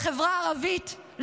לחברה הערבית,